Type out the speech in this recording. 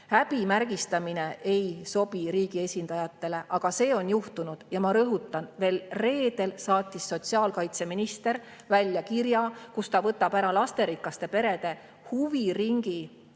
Häbimärgistamine ei sobi riigi esindajatele, aga see on juhtunud. Ja ma rõhutan: reedel saatis sotsiaalkaitseminister välja kirja, et ta võtab ära lasterikaste perede huviringitoetuse.